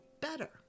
better